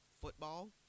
football